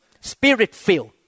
Spirit-filled